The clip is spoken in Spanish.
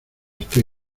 estoy